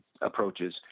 approaches